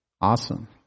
Awesome